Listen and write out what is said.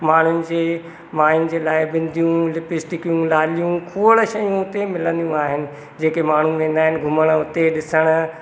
माण्हुनि जे माइन जे लाइ बिंदियूं लिपिस्टिकियूं लालियूं खोड़ शयूं उते मिलंदियूं आहिनि जेके माण्हू वेंदा आहिनि घुमण उते ॾिसण